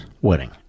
wedding